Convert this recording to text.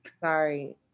Sorry